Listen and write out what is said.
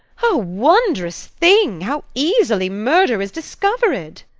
o wondrous thing! how easily murder is discovered!